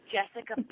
Jessica